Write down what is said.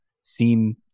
seem